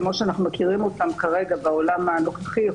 כפי שאנו מכירים אותן בעולם הנוכחי,